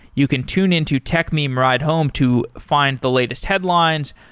you can tune into techmeme ride home to find the latest headlines,